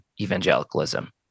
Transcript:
evangelicalism